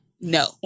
No